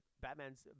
Batman's